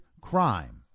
crime